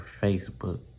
Facebook